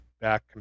back